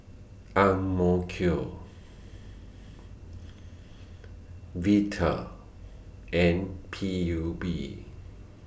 M O Q Vital and P U B